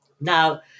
Now